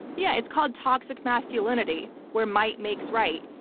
yeah, it's called toxic masculinity, where might makes right.